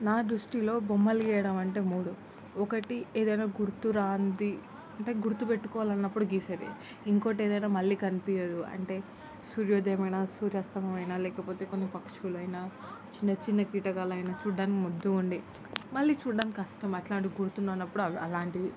నా దృష్టిలో బొమ్మలు గీయడం అంటే మూడు ఒకటి ఏదైనా గుర్తు రానిది అంటే గుర్తుపెట్టుకోవాలి అన్నప్పుడు గీసేది ఇంకొకటి ఏదైనా మళ్ళీ కనిపించదు అంటే సూర్యోదయం అయినా సూర్యాస్తమం అయినా లేకపోతే కొన్ని పక్షులైనా చిన్న చిన్న కీటకాలైనా చూడటానికి ముద్దుగా ఉండి మళ్ళీ చూడటానికి కష్టం అలాంటి గుర్తుండవు అన్నప్పుడు అలాంటివి